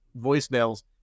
voicemails